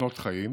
מסכנות חיים,